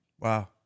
Wow